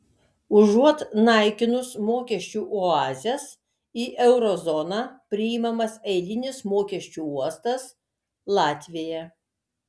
užuot naikinus mokesčių oazes į euro zoną priimamas eilinis mokesčių uostas latvija